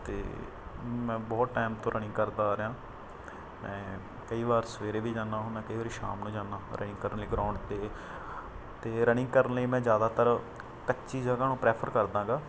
ਅਤੇ ਮੈਂ ਬਹੁਤ ਟਾਈਮ ਤੋਂ ਰਨਿੰਗ ਕਰਦਾ ਆ ਰਿਹਾ ਮੈਂ ਕਈ ਵਾਰ ਸਵੇਰੇ ਵੀ ਜਾਂਦਾ ਹੁੰਦਾ ਕਈ ਵਾਰੀ ਸ਼ਾਮ ਨੂੰ ਜਾਂਦਾ ਰਨਿੰਗ ਕਰਨ ਲਈ ਗਰਾਉਂਡ 'ਤੇ ਅਤੇ ਰਨਿੰਗ ਕਰਨ ਲਈ ਮੈਂ ਜ਼ਿਆਦਾਤਰ ਕੱਚੀ ਜਗ੍ਹਾਂ ਨੂੰ ਪ੍ਰੈਫਰ ਕਰਦਾ ਗਾ